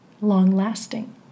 long-lasting